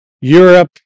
Europe